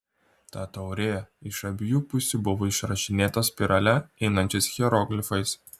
ta taurė iš abiejų pusių buvo išrašinėta spirale einančiais hieroglifais